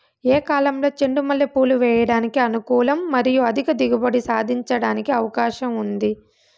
ఏ కాలంలో చెండు మల్లె పూలు వేయడానికి అనుకూలం మరియు అధిక దిగుబడి సాధించడానికి అవకాశం ఉంది?